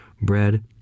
bread